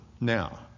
Now